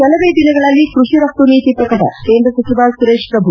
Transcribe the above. ಕೆಲವೇ ದಿನಗಳಲ್ಲಿ ಕೃಷಿ ರಫ್ನ ನೀತಿ ಪ್ರಕಟ ಕೇಂದ್ರ ಸಚಿವ ಸುರೇಶ್ ಪ್ರಭು